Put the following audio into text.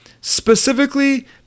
specifically